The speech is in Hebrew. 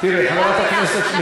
אנחנו יושבות ומקשיבות.